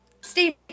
Steve